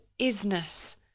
isness